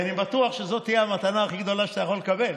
ואני בטוח שזאת תהיה המתנה הכי גדולה שאתה יכול לקבל: